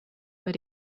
but